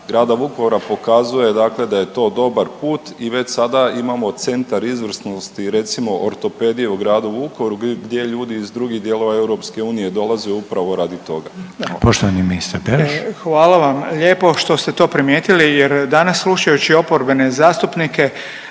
grada Vukovara pokazuje da je to dobar put i već sada imamo Centar izvrsnosti recimo ortopedije u gradu Vukovaru gdje ljudi iz drugih dijelova EU dolaze upravo radi toga. **Reiner, Željko (HDZ)** Poštovani ministar Beroš. **Beroš, Vili (HDZ)** Hvala vam lijepo što ste to primijetili jer danas slušajući oporbene zastupnike